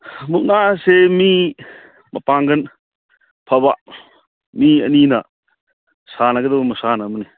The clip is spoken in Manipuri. ꯃꯨꯛꯅꯥ ꯑꯁꯦ ꯃꯤ ꯃꯄꯥꯡꯒꯜ ꯐꯕ ꯃꯤ ꯑꯅꯤꯅ ꯁꯥꯟꯅꯒꯗꯧꯕ ꯃꯁꯥꯟꯅ ꯑꯃꯅꯤ